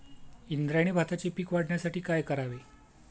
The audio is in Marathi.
इंद्रायणी भाताचे पीक वाढण्यासाठी काय करावे?